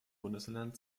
bundesländern